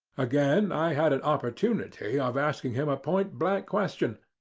again i had an opportunity of asking him a point blank question,